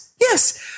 Yes